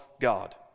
God